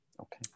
Okay